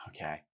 Okay